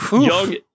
young